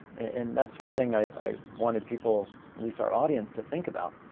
and that's one thing i i wanted people at least our audience to think about.